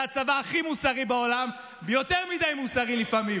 זה הצבא הכי מוסרי בעולם, יותר מדי מוסרי לפעמים.